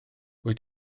wyt